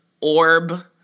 orb